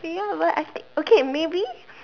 ya but okay maybe